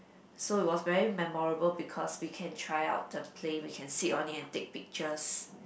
so it was very memorable because we can try out the plane we can sit on it and take pictures